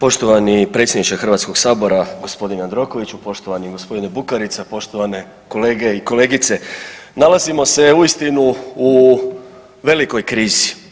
Poštovani predsjedniče Hrvatskog sabora gospodine Jandrokoviću, poštovani gospodine Bukarica, poštovane kolege i kolegice, nalazimo se uistinu u velikoj krizi.